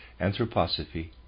Anthroposophy